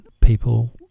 people